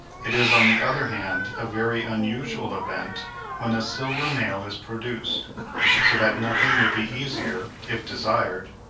it is on the other hand a very unusual event when a silver male is produced so that nothing would be easier, if desired,